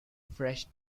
fresh